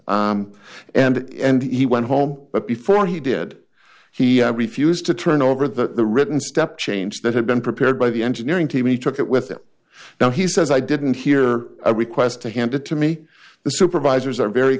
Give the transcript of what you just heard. and he went home but before he did he refused to turn over the written step change that had been prepared by the engineering team he took it with him now he says i didn't hear a request to hand it to me the supervisors are very